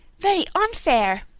very unfair.